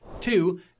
Two